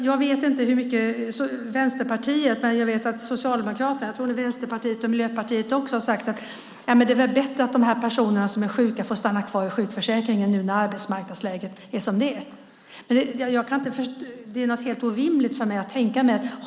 Jag vet att Socialdemokraterna, och jag tror att det gäller Vänsterpartiet och Miljöpartiet också, har sagt att det är bättre att de personer som är sjuka får stanna kvar i sjukförsäkringen nu när arbetsmarknadsläget är som det är. Det är helt orimligt för mig att tänka mig det.